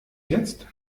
jetzt